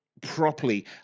properly